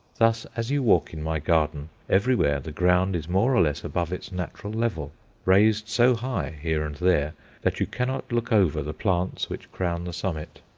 thus as you walk in my garden, everywhere the ground is more or less above its natural level raised so high here and there that you cannot look over the plants which crown the summit.